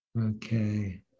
Okay